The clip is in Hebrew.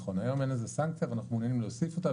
היום אין לזה סנקציה ואנחנו מעוניינים להוסיף אותה.